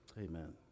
Amen